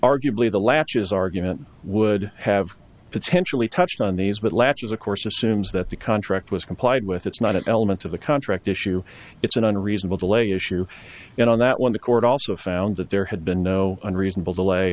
arguably the latches argument would have potentially touched on these but latches of course assumes that the contract was complied with it's not an element of the contract issue it's an unreasonable delay issue and on that one the court also found that there had been no unreasonable delay